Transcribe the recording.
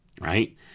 right